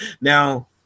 Now